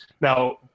now